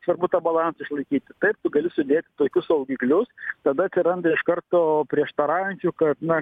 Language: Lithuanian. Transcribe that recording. svarbu tą balansą išlaikyti taip tu gali sudėti tokius saugiklius tada atsiranda iš karto prieštaraujančių kad na